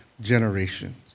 generations